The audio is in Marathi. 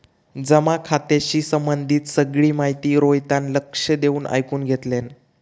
जमा खात्याशी संबंधित सगळी माहिती रोहितान लक्ष देऊन ऐकुन घेतल्यान